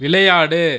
விளையாடு